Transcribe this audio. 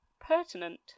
pertinent